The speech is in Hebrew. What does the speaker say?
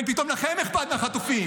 כן, פתאום לכם אכפת מהחטופים.